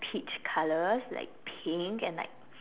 peach colours like pink and like